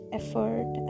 effort